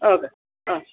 okay ആ